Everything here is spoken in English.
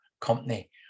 company